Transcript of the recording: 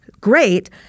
Great